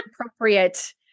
appropriate